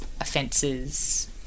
offences